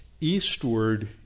eastward